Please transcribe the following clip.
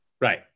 Right